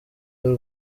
y’u